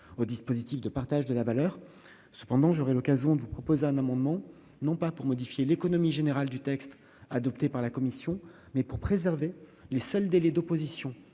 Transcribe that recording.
au dispositif de partage de la valeur. J'aurai toutefois l'occasion de vous proposer un amendement visant non pas à modifier l'économie générale du texte adopté par la commission, mais à préserver les seuls délais d'opposition